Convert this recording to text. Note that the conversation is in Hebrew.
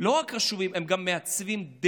לא רק חשובים, הם גם מעצבים דרך,